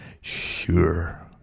Sure